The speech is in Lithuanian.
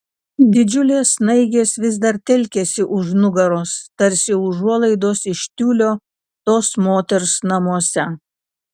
didžiulės snaigės vis dar telkėsi už nugaros tarsi užuolaidos iš tiulio tos moters namuose